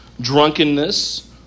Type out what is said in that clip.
drunkenness